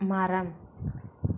மரம்